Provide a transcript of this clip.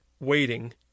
waiting